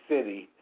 City